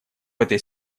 этой